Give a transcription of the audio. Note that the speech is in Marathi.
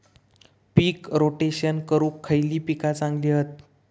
पीक रोटेशन करूक खयली पीका चांगली हत?